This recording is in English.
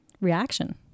reaction